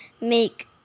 make